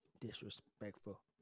Disrespectful